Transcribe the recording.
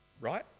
Right